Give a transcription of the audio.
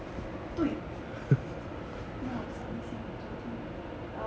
对 让我想一下昨天